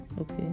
Okay